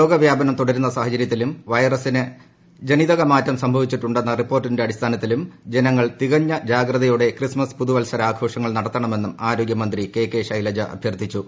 രോഗ വ്യാപനം തുടരുന്ന സാഹചര്യത്തിലും വൈറസിന് ജനിതക മാറ്റം സംഭവിച്ചുട്ടുണ്ടെന്ന റിപ്പോർട്ടിന്റെ അടിസ്ഥാനത്തിലും ജനങ്ങൾ തികഞ്ഞ ജാഗ്രതയോടെ ്ക്രിസ്മസ് പുതുവത്സര ആഘോഷങ്ങൾ നടത്തണമെന്നും ആരോഗ്യമന്ത്രി കെ കെ ശൈലജ അഭ്യർത്ഥിച്ചു